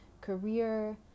career